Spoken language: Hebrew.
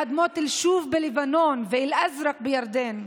באדמות אל-שוף בלבנון ואל-אזרק בירדן.